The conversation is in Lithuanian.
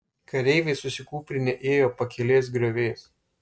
kareiviai susikūprinę ėjo pakelės grioviais